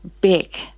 big